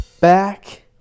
back